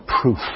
proof